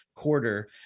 quarter